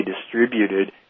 distributed